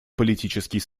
политический